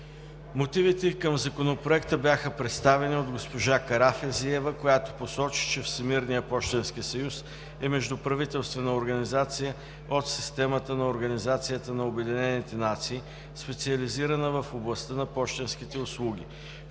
Мотивите към Законопроекта бяха представени от госпожа Карафизиева, която посочи, че Всемирният пощенски съюз е междуправителствена организация от системата на Организацията на обединените нации, специализирана в областта на пощенските услуги.